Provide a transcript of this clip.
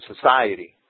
society